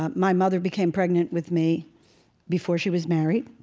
my mother became pregnant with me before she was married.